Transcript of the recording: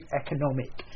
economic